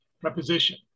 preposition